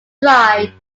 dry